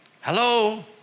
Hello